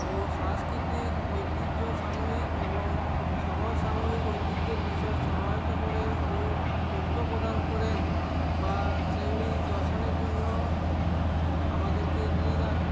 ও সাংস্কৃিতিক ঐতিহ্যসাময়িক এবং সময়সাময়িক ঐতিহ্যের বিষয়ে সহায়তা করেন ও তথ্য প্রদান করেন বা সেগুলি দর্শনের জন্য আমাদেরকে নিয়ে যান